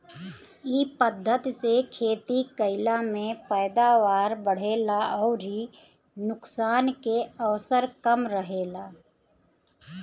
इ पद्धति से खेती कईला में पैदावार बढ़ेला अउरी नुकसान के अवसर कम रहेला